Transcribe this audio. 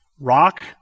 Rock